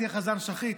תהיה חזן שחרית,